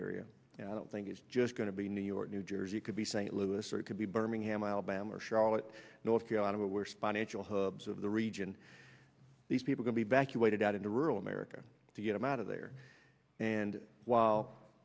area i don't think it's just going to be new york new jersey it could be st louis or it could be birmingham alabama or charlotte north carolina but worst financial hubs of the region these people can be back you waited out in the rural america to get them out of there and while